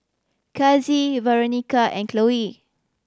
Kasie Veronica and Chloe